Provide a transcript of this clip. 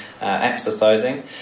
exercising